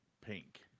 pink